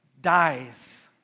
dies